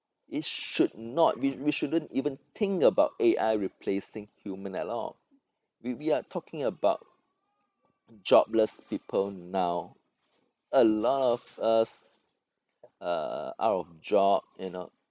it should not we we shouldn't even think about A_I replacing human at all we we are talking about jobless people now a lot of us uh out of job you know